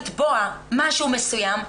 לתבוע משהו מסוים,